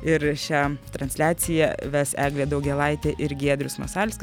ir šią transliaciją ves eglė daugėlaitė ir giedrius masalskis